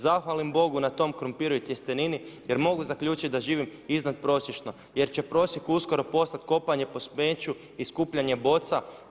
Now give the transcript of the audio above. Zahvalim Bogu na tom krumpiru i tjestenini, jer mogu zaključiti da živim iznadprosječno, jer će prosjek uskoro postati kopanje po smeću i skupljanje boca.